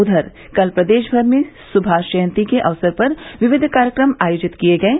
उधर कल प्रदेश भर में सुभाष जयन्ती के अवसर पर विविध कार्यक्रम आयोजित किये गये